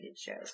shows